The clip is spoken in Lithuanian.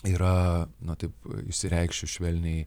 yra na taip išsireikšiu švelniai